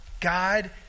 God